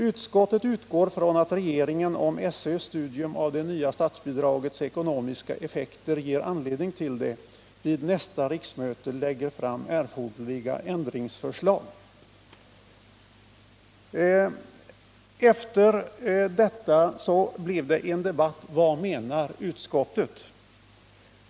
”Utskottet utgår från att regeringen, om SÖ:s studium av det nya statsbidragets ekonomiska effekter ger anledning till det, vid nästa riksmöte lägger fram erforderligt ändringsförslag.” Efter detta blev det en debatt där man ställde sig frågan: Vad menar Nr 34 utskottet?